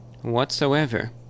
Whatsoever